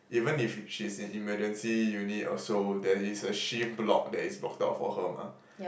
even if she's in emergency unit or so there is a shift block that is blocked out for her mah